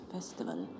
Festival